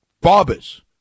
barbers